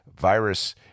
virus